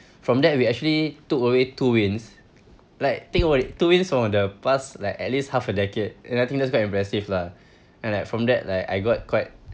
from that we actually took away two wins like think about it two wins from the past like at least half a decade and I think that's quite impressive lah and like from that like I got quite